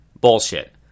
Bullshit